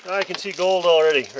i can see gold already,